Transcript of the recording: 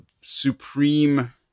supreme